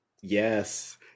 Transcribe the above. yes